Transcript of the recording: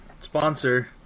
sponsor